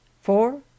four